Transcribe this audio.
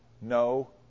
no